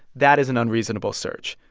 that is an unreasonable search.